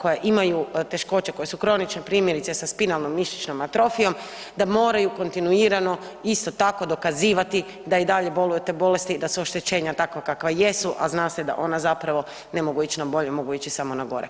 koja imaju teškoće koja su kronična primjerice sa spinalnom mišićnom atrofijom da moraju kontinuirano isto tako dokazivati da i dalje bolju od te bolesti, da su oštećenja takva kakva jesu, a zna se da ona zapravo ne mogu ići na bolje, mogu ići samo na gore.